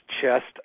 chest